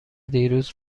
دیروز